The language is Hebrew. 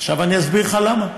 עכשיו אני אסביר לך למה.